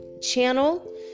channel